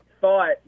Thought